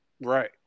Right